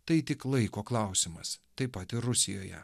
tai tik laiko klausimas taip pat ir rusijoje